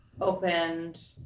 opened